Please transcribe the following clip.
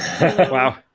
Wow